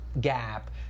gap